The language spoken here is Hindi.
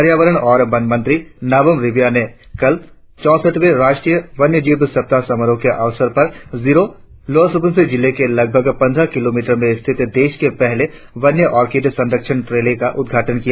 पर्यावरण और वन मंत्री नाबम रिबिया ने कल चौसठवें राष्ट्रीय वन्यजीव सप्ताह समारोह के अवसर पर जीरो लोअर सुबनसिरी जिले के लगभग पंद्रह किलोमीटर में स्थित देश के पहले वन्य आर्किड संरक्षण ट्रेल का उद्घाटन किया